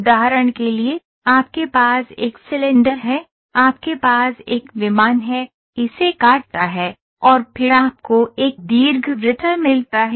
उदाहरण के लिए आपके पास एक सिलेंडर है आपके पास एक विमान है इसे काटता है और फिर आपको एक दीर्घवृत्त मिलता है